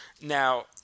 Now